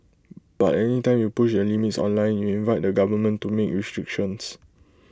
but any time you push the limits online you invite the government to make restrictions